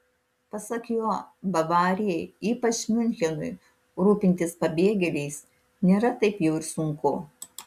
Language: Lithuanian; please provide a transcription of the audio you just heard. pasak jo bavarijai ypač miunchenui rūpintis pabėgėliais nėra taip jau ir sunku